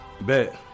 Bet